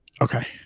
Okay